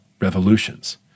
revolutions